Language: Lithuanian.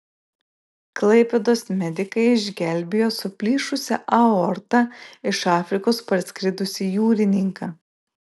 klaipėdos medikai išgelbėjo su plyšusia aorta iš afrikos parskridusį jūrininką